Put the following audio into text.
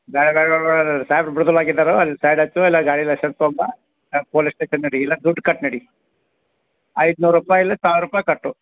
ಬ್ಯಾಡ ಬ್ಯಾಡ ಬ್ಯಾಡ ಬ್ಯಾಡ ಸಾಯ್ಬ್ರು ಬಿಡುದಿಲ್ಲ ಆಗಿದ್ದರು ಅಲ್ಲಿ ಸೈಡ್ ಹಚ್ಚು ಇಲ್ಲ ಗಾಡಿ ಲೈಸೆನ್ಸ್ ತೊಗೊಂಬ ಇಲ್ಲ ಪೊಲೀಸ್ ಸ್ಟೇಷನ್ ನಡಿ ಇಲ್ಲ ದುಡ್ಡು ಕಟ್ಟು ನಡಿ ಐದ್ನೂರ ರೂಪಾಯಿ ಇಲ್ಲ ಸಾವಿರ ರೂಪಾಯಿ ಕಟ್ಟು